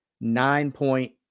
nine-point